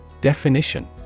Definition